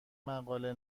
مقاله